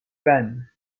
vannes